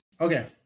okay